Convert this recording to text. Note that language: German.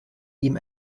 ihm